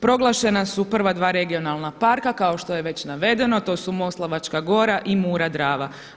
Proglašena su prva dva regionalna parka kao što je već navedeno to su Moslavačka gora i Mura-Drava.